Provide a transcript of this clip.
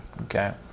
okay